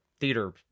theater